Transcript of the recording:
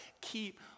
keep